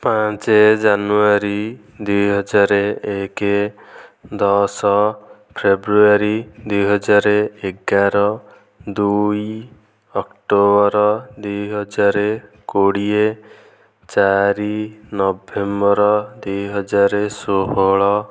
ପାଞ୍ଚ ଜାନୁୟାରୀ ଦୁଇ ହଜାର ଏକ ଦଶ ଫେବୃୟାରୀ ଦୁଇ ହଜାର ଏଗାର ଦୁଇ ଅକ୍ଟୋବର ଦୁଇ ହଜାର କୋଡ଼ିଏ ଚାରି ନଭେମ୍ବର ଦୁଇ ହଜାର ଷୋହଳ